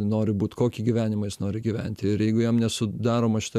nori būt kokį gyvenimą jis nori gyventi ir jeigu jam nesudaroma šita